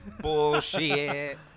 Bullshit